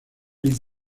les